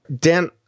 dan